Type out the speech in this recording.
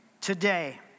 today